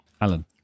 alan